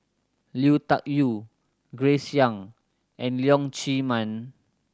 Lui Tuck Yew Grace Young and Leong Chee Mun